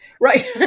Right